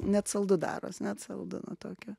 net saldu daros net saldu nuo tokio